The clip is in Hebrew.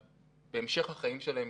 בהמשך החיים שלהם.